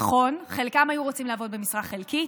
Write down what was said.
נכון, חלקם היו רוצים לעבוד במשרה חלקית,